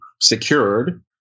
secured